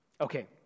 Okay